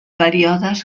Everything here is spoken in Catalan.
períodes